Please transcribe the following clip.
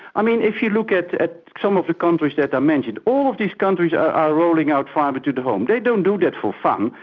i mean if you look at at some of the countries that i mentioned, all of these countries are rolling out fibre to the home. they don't do that for fun,